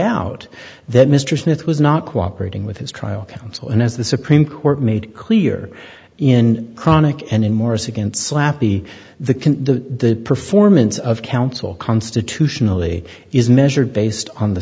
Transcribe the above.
out that mr smith was not cooperated with his trial counsel and as the supreme court made clear in chronic and in morris against slappy the can the performance of counsel constitutionally is measured based on the